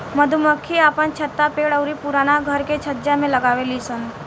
मधुमक्खी आपन छत्ता पेड़ अउरी पुराना घर के छज्जा में लगावे लिसन